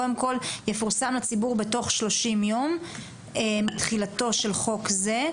קודם כל - יפורסם לציבור בתוך 30 יום מתחילתו של חוק זה,